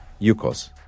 Yukos